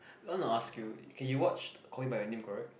I want to ask you okay you watch call me by my name correct